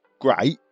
great